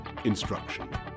instruction